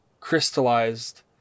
crystallized